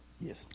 Yes